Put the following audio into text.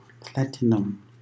platinum